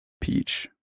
Peach